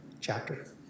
chapter